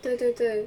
对对对